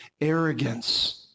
arrogance